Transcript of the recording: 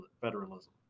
federalism